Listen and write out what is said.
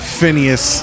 Phineas